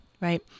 right